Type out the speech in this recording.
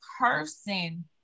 person